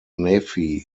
nephi